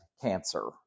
cancer